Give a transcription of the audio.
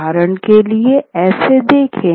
उदाहरण के लिए इसे देखें